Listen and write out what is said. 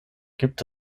gibt